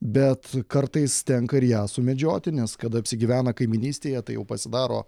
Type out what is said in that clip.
bet kartais tenka ir ją sumedžioti nes kada apsigyvena kaimynystėje tai jau pasidaro